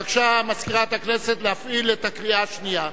בבקשה, מזכירת הכנסת, להפעיל את הקריאה השנייה.